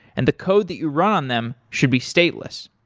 and the code that you run on them should be stateless.